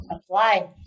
Apply